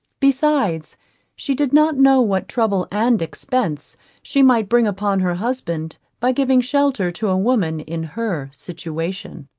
besides she did not know what trouble and expense she might bring upon her husband by giving shelter to a woman in her situation.